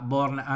Born